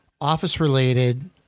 office-related